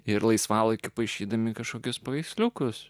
ir laisvalaikiu paišydami kažkokius paveiksliukus